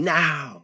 now